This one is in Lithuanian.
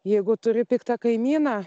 jeigu turi piktą kaimyną